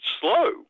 slow